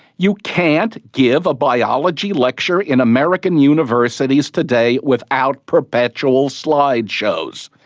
you can't give a biology lecture in american universities today without perpetual slideshows.